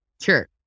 Sure